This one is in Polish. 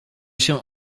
się